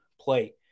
play